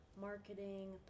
marketing